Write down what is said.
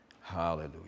Hallelujah